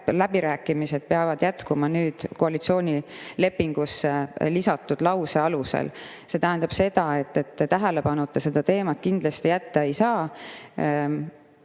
läbirääkimised peavad jätkuma nüüd koalitsioonilepingusse lisatud lause alusel. See tähendab seda, et tähelepanuta seda teemat kindlasti jätta ei saa.